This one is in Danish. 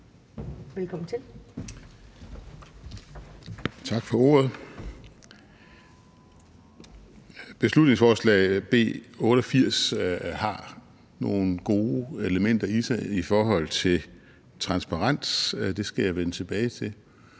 Henrik Dahl (LA): Tak for ordet. Beslutningsforslag B 88 har nogle gode elementer i sig i forhold til transparens – det skal jeg vende tilbage til